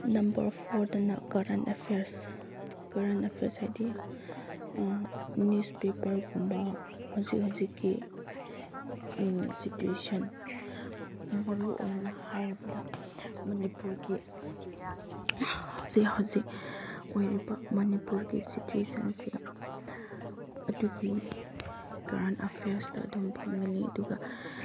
number ꯐꯣꯔꯗꯅ current affairs current affairs ꯍꯥꯏꯗꯤ news ꯄꯦꯄꯔꯒꯨꯝꯕ ꯍꯧꯖꯤꯛ ꯍꯧꯖꯤꯛꯀꯤ ꯁꯤꯆ꯭ꯋꯦꯁꯟ ꯃꯔꯨꯑꯣꯏꯅ ꯍꯥꯏꯔꯕꯗ ꯃꯅꯤꯄꯨꯔꯒꯤ ꯍꯧꯖꯤꯛ ꯍꯧꯖꯤꯛ ꯑꯣꯏꯔꯤꯕ ꯃꯅꯤꯄꯨꯔꯒꯤ ꯁꯤꯆ꯭ꯋꯦꯁꯟꯁꯦ ꯑꯗꯨꯒꯤ ꯀꯔꯦꯟ ꯑꯦꯐꯤꯌꯔꯁꯇ ꯑꯗꯨꯝ ꯐꯪꯒꯅꯤ ꯑꯗꯨꯒ